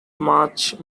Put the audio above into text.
much